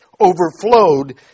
overflowed